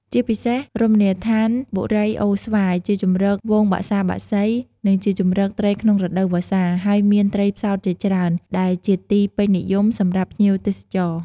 ជាពិសេសរមណីដ្ឋានបូរីអូរស្វាយ ជាជម្រកហ្វូងបក្សាបក្សី និង ជាជម្រកត្រីក្នុងរដូវវស្សា ហើយមានត្រីផ្សោតជាច្រើន ដែលជាទីពេញនិយមសម្រាប់ភ្ញៀវទេសចរ។